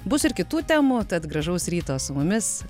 bus ir kitų temų tad gražaus ryto su mumis